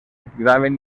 cridaven